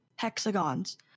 hexagons